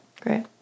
Great